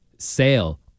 Sale